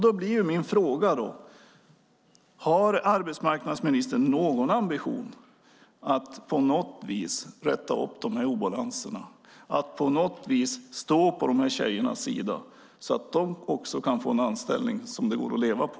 Då blir min fråga: Har arbetsmarknadsministern någon ambition att på något vis rätta upp dessa balanser, att på något vis stå på de här tjejernas sida, så att även de kan få en anställning som det går att leva på?